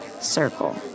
circle